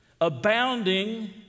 abounding